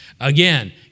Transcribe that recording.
Again